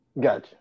gotcha